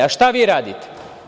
A šta vi radite?